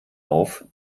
auf